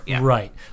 right